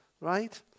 right